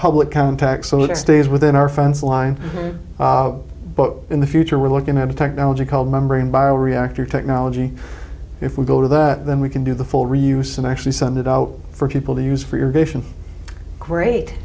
it stays within our fence line but in the future we're looking at a technology called membrane bio reactor technology if we go to that then we can do the full reuse and actually send it out for people to use for your